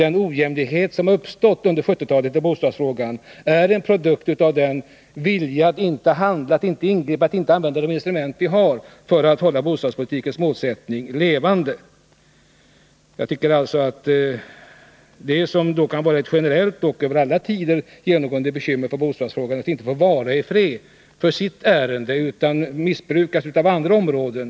Den ojämlikhet som under 1970-talet har uppstått i fråga om boendet är en produkt av oviljan att använda de instrument som vi har för att hålla bostadspolitikens målsättning levande. Ett generellt bekymmer under alla tider när det gäller bostadsfrågan har varit att den inte får vara i fred för andra intressen. Bostadspolitiken misshandlas på grund av hänsynstagande till andra områden.